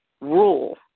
rule